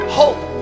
hope